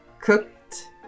Cooked